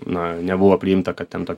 na nebuvo priimta kad ten ta